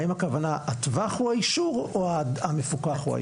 האם הכוונה הטווח הוא האישור או המפוקח הוא האישור?